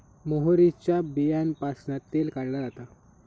मोहरीच्या बीयांपासना तेल काढला जाता